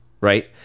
right